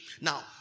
Now